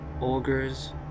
ogres